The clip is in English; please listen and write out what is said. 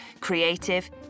creative